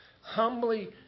Humbly